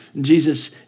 Jesus